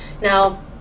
Now